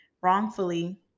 wrongfully